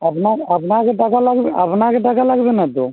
আপনার আপনাকে টাকা লাগবে আপনাকে টাকা লাগবে না তো